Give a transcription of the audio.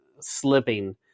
slipping